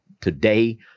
Today